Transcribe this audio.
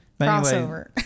Crossover